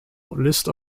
list